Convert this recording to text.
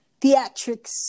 theatrics